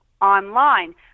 online